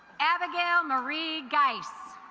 abigail marie geiss